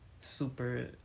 super